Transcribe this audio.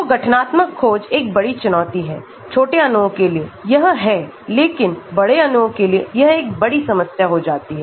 तो गठनात्मक खोज एक बड़ी चुनौती है छोटे अणुओं के लिए यह है लेकिन बड़े अणुओं के लिए यह एक बड़ी समस्या हो जाती है